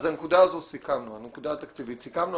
אז על הנקודה התקציבית סיכמנו.